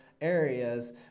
areas